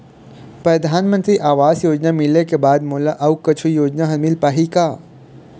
परधानमंतरी आवास योजना मिले के बाद मोला अऊ कुछू योजना हर मिल पाही का?